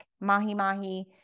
mahi-mahi